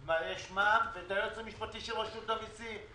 מע"מ ואת היועץ המשפטי של רשות המסים.